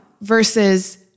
versus